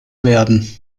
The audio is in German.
werden